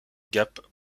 gap